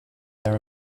their